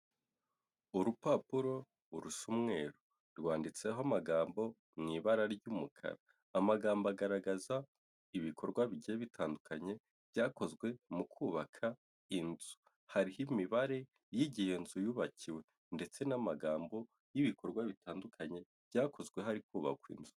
Urupapuro urusa umweru rwanditseho amagambo mu ibara ry'umukara, amagambo agaragaza ibikorwa bigiye bitandukanye byakozwe mu kubaka inzuzu hariho imibare y'gihe i yo nzu yubakiwe ndetse n'amagambo y'ibikorwa bitandukanye byakozwe hari kubakwa inzu.